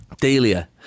Delia